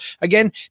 again